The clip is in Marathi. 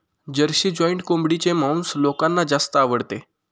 जर्सी जॉइंट कोंबडीचे मांस लोकांना जास्त आवडते